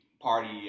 party